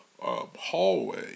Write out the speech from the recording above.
hallway